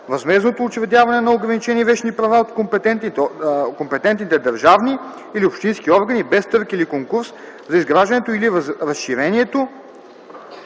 възмездното учредяване на ограничени вещни права от компетентните държавни или общински органи без търг или конкурс за изграждането или разширението